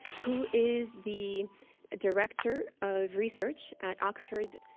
who is the director of research at oxford's